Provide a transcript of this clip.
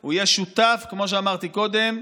הוא יהיה שותף, כמו שאמרתי קודם,